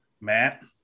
Matt